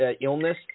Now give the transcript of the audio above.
illness